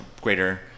greater